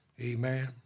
Amen